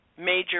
major